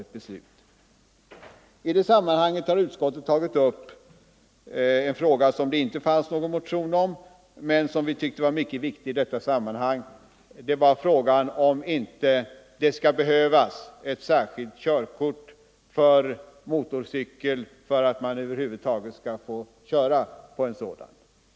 I detta sammanhang har utskottet tagit upp en fråga som det inte fanns någon motion om men som vi tyckte var mycket viktig, nämligen frågan om det inte skall behövas ett särskilt körkort för motorcykel för att man över huvud taget skall få köra en sådan.